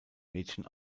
mädchen